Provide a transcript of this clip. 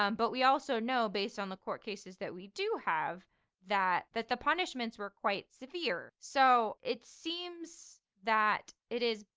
um but we also know based on the court cases that we do have that that the punishments were quite severe. so it seems that it is,